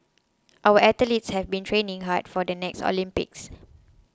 our athletes have been training hard for the next Olympics